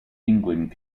england